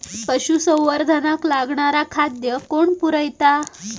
पशुसंवर्धनाक लागणारा खादय कोण पुरयता?